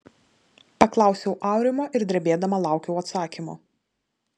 paklausiau aurimo ir drebėdama laukiau atsakymo